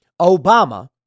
Obama